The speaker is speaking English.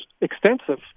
extensive